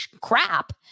crap